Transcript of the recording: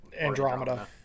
Andromeda